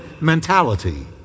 mentality